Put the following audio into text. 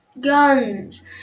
guns